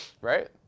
right